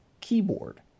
Keyboard